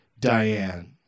Diane